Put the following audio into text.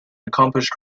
accomplished